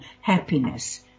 happiness